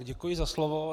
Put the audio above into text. Děkuji za slovo.